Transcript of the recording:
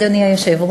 1 2. אדוני היושב-ראש,